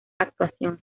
actuación